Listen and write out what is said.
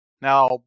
Now